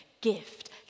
gift